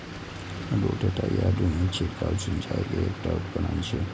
rotator या घुर्णी छिड़काव सिंचाइ के एकटा उपकरण छियै